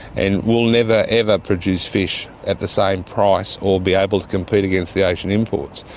and we'll never, ever produce fish at the same price or be able to compete against the asian imports.